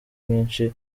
myinshi